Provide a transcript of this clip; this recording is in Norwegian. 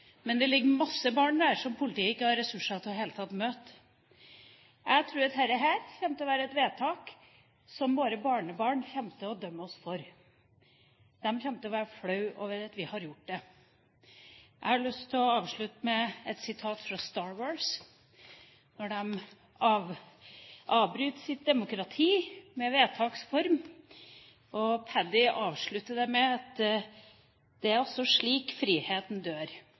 men det er mange saker med overgrep mot barn som politiet ikke har ressurser til i det hele tatt å ta. Jeg tror at dette kommer til å være et vedtak som våre barnebarn kommer til å dømme oss for. De kommer til å være flaue over at vi har gjort det. Jeg har lyst til å avslutte med et sitat fra Star Wars, når de avbryter sitt demokrati i vedtaks form og Padmé avslutter det med: Det er altså slik friheten dør